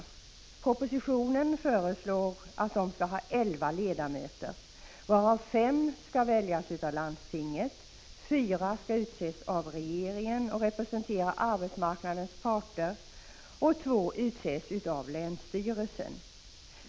I propositionen föreslås att de skall ha elva ledamöter, varav fem skall väljas av landstinget, fyra utses av regeringen och representera arbetsmarknadens parter samt två utses av länsstyrelsen.